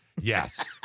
Yes